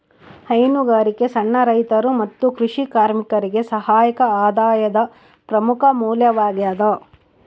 ಹೈನುಗಾರಿಕೆ ಸಣ್ಣ ರೈತರು ಮತ್ತು ಕೃಷಿ ಕಾರ್ಮಿಕರಿಗೆ ಸಹಾಯಕ ಆದಾಯದ ಪ್ರಮುಖ ಮೂಲವಾಗ್ಯದ